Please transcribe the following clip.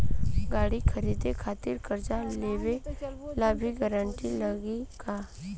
गाड़ी खरीदे खातिर कर्जा लेवे ला भी गारंटी लागी का?